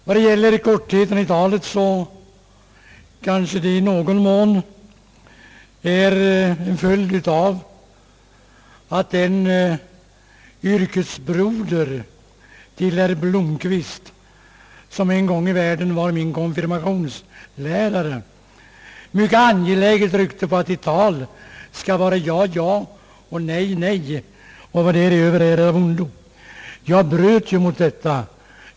Vad gäller kortheten i talet så kanske den i någon mån är en följd av att en yrkesbroder till herr Blomquist, som en gång i världen var min korfirmationslärare, mycket angeläget tryckte på att ditt tal skall vara ja, ja och nej, nej, och vad därutöver är det är av ondo. Jag bröt ju mot detta.